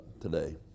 today